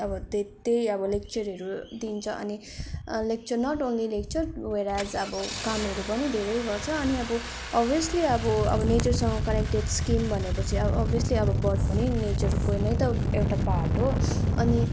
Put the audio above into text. अब त्यही त्यही अब लेक्चरहरू दिन्छ अनि lecture not only lecture whereas अब कामहरू पनि धेरै गर्छ अनि अब अभ्यसली अब अब नेचरसँग कनेक्टेड स्किम भनेपछि अब अभ्यसली अब बर्ड पनि नेचरको नै त एउटा पार्ट हो अनि